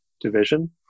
division